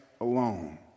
alone